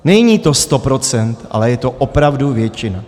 Není to 100 %, ale je to opravdu většina.